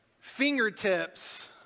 fingertips